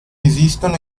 esistono